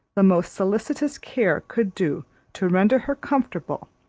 the most solicitous care could do to render her comfortable,